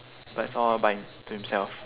but he's all abide to himself